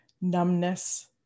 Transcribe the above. numbness